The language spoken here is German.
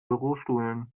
bürostühlen